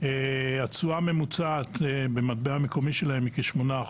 התשואה הממוצעת במטבע מקומי שלהם היא כ-8%,